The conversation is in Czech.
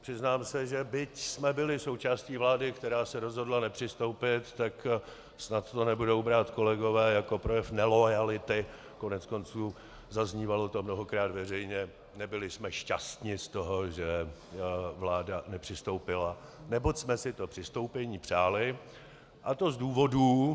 Přiznám se, že byť jsme byli součástí vlády, která se rozhodla nepřistoupit, tak snad to nebudou brát kolegové jako projev neloajality, koneckonců zaznívalo to mnohokrát veřejně, nebyli jsme šťastni z toho, že vláda nepřistoupila, neboť jsme si to přistoupení přáli, a to z důvodů...